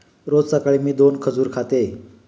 रोज सकाळी मी दोन खजूर खाते